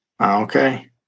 Okay